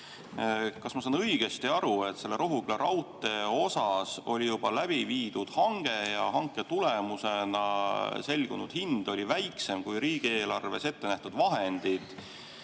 Kas ma saan õigesti aru, et selle Rohuküla raudtee suhtes oli juba hange läbi viidud ja hanke tulemusena selgunud hind oli väiksem kui riigieelarves ette nähtud vahendid,